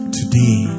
Today